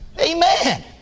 Amen